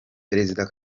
perezida